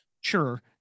Sure